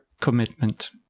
commitment